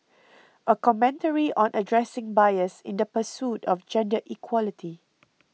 a commentary on addressing bias in the pursuit of gender equality